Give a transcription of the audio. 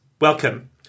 welcome